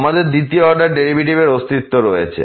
আমাদের দ্বিতীয় অর্ডার ডেরিভেটিভের অস্তিত্ব রয়েছে